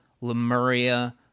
Lemuria